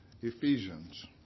Ephesians